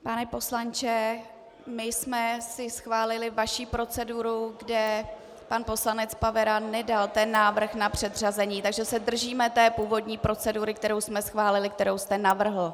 Pane poslanče, schválili jsme si vaši proceduru, kde pan poslanec Pavera nedal ten návrh na předřazení, takže se držíme té původní procedury, kterou jsme schválili, kterou jste navrhl.